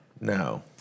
No